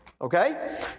Okay